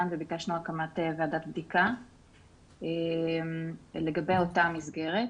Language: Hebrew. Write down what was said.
וביקשנו הקמת ועדת בדיקה לגבי אותה מסגרת.